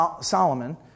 Solomon